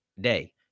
day